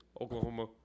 Oklahoma